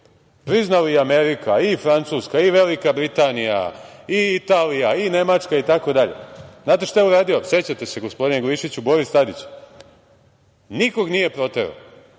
Priznali i Amerika, i Francuska, i Velika Britanija, i Italija, i Nemačka itd. Znate šta je uradio? Sećate se, gospodine Glišiću, Boris Tadić nikoga nije proterao,